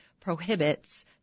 prohibits